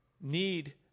need